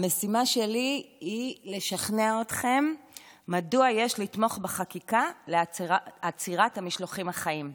המשימה שלי היא לשכנע אתכם מדוע יש לתמוך בחקיקה לעצירת המשלוחים החיים.